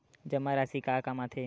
जमा राशि का काम आथे?